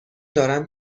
دارم